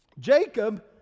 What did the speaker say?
Jacob